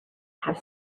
have